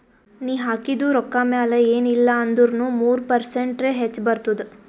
ನೀ ಹಾಕಿದು ರೊಕ್ಕಾ ಮ್ಯಾಲ ಎನ್ ಇಲ್ಲಾ ಅಂದುರ್ನು ಮೂರು ಪರ್ಸೆಂಟ್ರೆ ಹೆಚ್ ಬರ್ತುದ